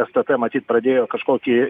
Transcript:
stt matyt pradėjo kažkokį